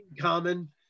Common